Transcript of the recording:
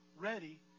Ready